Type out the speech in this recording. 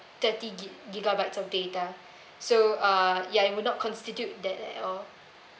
thirty gig~ gigabytes of data so uh ya it will not constitute that at all